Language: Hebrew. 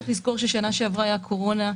צריך לזכור שבשנה שעברה הייתה קורונה.